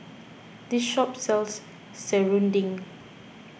this shop sells Serunding